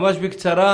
ממש בקצרה,